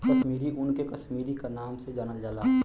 कसमीरी ऊन के कसमीरी क नाम से जानल जाला